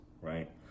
Right